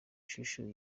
ishusho